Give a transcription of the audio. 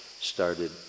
started